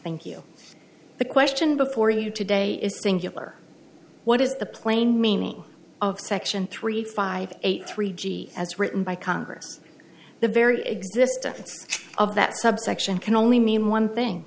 thank you the question before you today is singular what is the plain meaning of section three five eight three g as written by congress the very existence of that subsection can only mean one thing